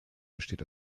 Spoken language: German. besteht